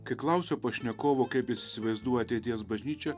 kai klausiau pašnekovo kaip jis įsivaizduoja ateities bažnyčią